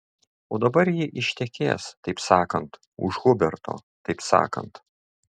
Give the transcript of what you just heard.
o dabar ji ištekės taip sakant už huberto taip sakant